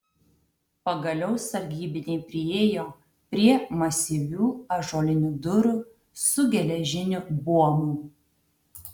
pagaliau sargybiniai priėjo prie masyvių ąžuolinių durų su geležiniu buomu